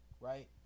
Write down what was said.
right